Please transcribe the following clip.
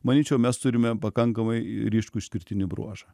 manyčiau mes turime pakankamai ryškų išskirtinį bruožą